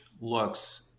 looks